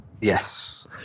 Yes